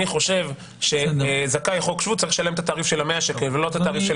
אני חושב שזכאי חוק שבות זכאי לשלם את התעריף של 100 שקל ולא אלף.